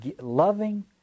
loving